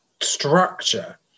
structure